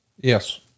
Yes